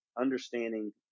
understanding